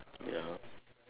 ya